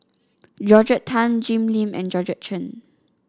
Georgette Chen Jim Lim and Georgette Chen